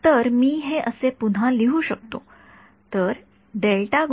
तर मी हे असे पुन्हा लिहू शकतो